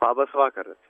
labas vakaras